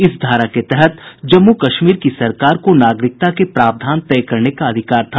इस धारा के तहत जम्मू कश्मीर की सरकार को नागरिकता के प्रावधान तय करने का अधिकार था